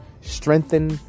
strengthen